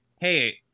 hey